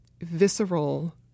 visceral